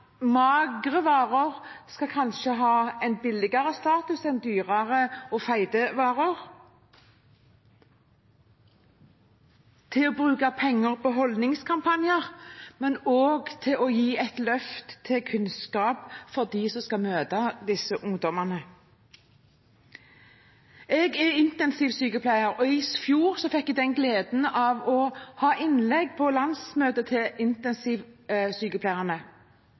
magre varer kanskje skal ha en billigere status enn dyrere og fete varer, si at vi skal bruke penger på holdningskampanjer, men også gi et løft til kunnskap for dem som skal møte disse ungdommene. Jeg er intensivsykepleier, og i fjor fikk jeg gleden av å holde innlegg på landsmøtet til